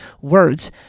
Words